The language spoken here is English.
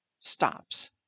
stops